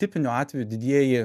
tipiniu atveju didieji